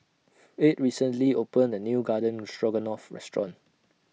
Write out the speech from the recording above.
Fate recently opened A New Garden Stroganoff Restaurant